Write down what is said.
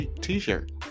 T-shirt